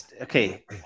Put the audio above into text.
okay